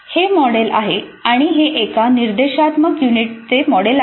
हे मॉडेल आहे आणि हे एका निर्देशात्मक युनिटचे मॉडेल आहे